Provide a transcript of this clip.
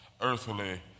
earthly